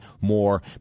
more